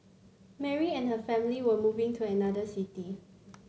Mary and her family were moving to another city